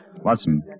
Watson